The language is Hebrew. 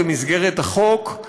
במסגרת החוק,